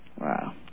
Wow